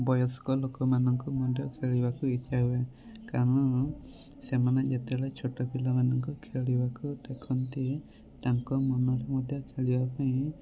ବୟସ୍କ ଲୋକମାନଙ୍କୁ ମଧ୍ୟ ଖେଳିବାକୁ ଇଚ୍ଛା ହୁଏ କାରଣ ସେମାନେ ଯେତେବେଳେ ଛୋଟପିଲାମାନଙ୍କୁ ଖେଳିବାକୁ ଦେଖନ୍ତି ତାଙ୍କ ମନ ମଧ୍ୟ ଖେଳିବାପାଇଁ